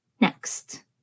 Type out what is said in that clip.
next